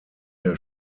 der